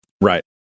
Right